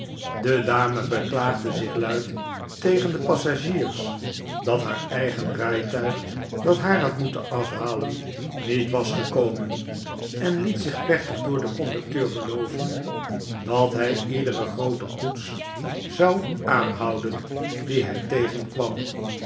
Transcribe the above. de dame beklaagde zich luid tegen de passagiers dat haar eigen rijtuig dat haar had moeten afhalen niet was gekomen en liet zich plechtig door den conducteur beloven dat hij iedere groote koets zou aanhouden die hij tegenkwam